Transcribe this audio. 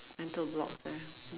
mental blocks ah